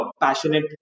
passionate